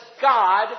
God